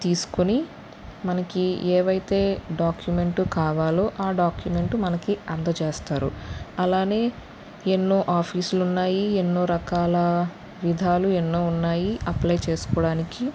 తీసుకొని మనకి ఏవైతే డాక్యుమెంటు కావాలో ఆ డాక్యుమెంటు మనకి అందచేస్తారు అలానే ఎన్నో ఆఫీస్లున్నాయి ఎన్నో రకాల విధాలు ఎన్నో ఉన్నాయి అప్లయ్ చేసుకోవడానికి